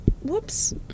Whoops